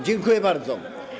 Dziękuję bardzo.